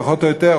פחות או יותר,